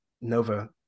Nova